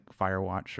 firewatch